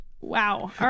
Wow